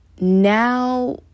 now